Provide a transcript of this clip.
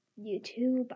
YouTube